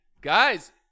guys